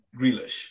Grealish